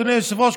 אדוני היושב-ראש,